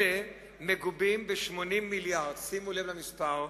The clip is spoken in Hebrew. אלה מגובים ב-80 מיליארד, שימו לב למספר,